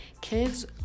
Kids